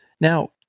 Now